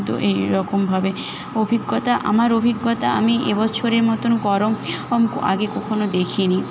তো এই রকমভাবে অভিজ্ঞতা আমার অভিজ্ঞতা আমি এ বছরের মতন গরম ওম আগে কখনও দেখি নি